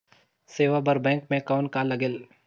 सेवा बर बैंक मे कौन का लगेल?